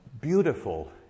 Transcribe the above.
beautiful